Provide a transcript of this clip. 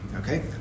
Okay